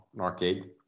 arcade